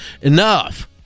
enough